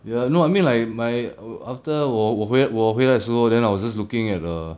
ya no I mean like my after 我我回我回来的时候 then I was just looking at err